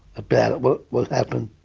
about what what happened.